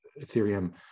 Ethereum